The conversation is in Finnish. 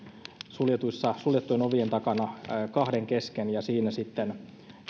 suljettujen ovien takana kahden kesken ja siinä sitten